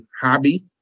hobby